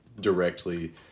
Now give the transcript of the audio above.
directly